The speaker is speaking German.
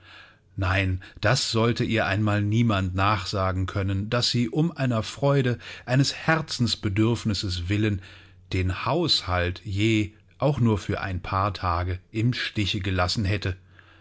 nein das sollte ihr einmal niemand nachsagen können daß sie um einer freude eines herzensbedürfnisses willen den haushalt je auch nur für ein paar tage im stiche gelassen hätte